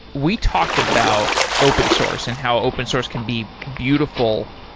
we talked about open source and how open source can be beautiful,